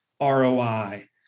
ROI